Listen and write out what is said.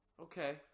Okay